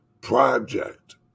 project